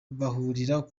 bahurira